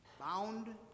Bound